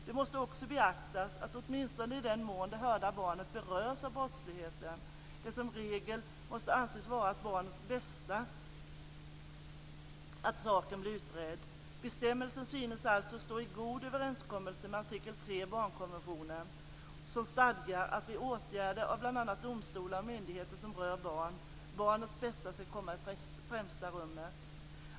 Det måste också beaktas att, åtminstone i den mån det hörda barnet berörs av brottsligheten, det som regel måste anses vara till barnets bästa att saken blir utredd. Bestämmelsen synes alltså stå i god överensstämmelse med artikel 3 i barnkonventionen som stadgar att barnets bästa ska komma i främsta rummet vid åtgärder av bl.a. domstolar och myndigheter som rör barn.